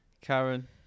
karen